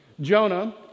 Jonah